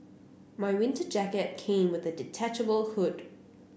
my winter jacket came with a detachable hood